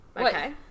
Okay